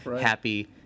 happy